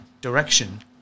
direction